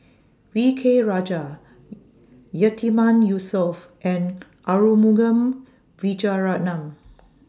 V K Rajah Yatiman Yusof and Arumugam Vijiaratnam